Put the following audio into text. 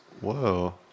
Whoa